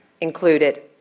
included